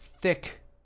thick